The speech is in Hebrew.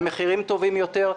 במחירים טובים יותר,